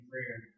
Prayer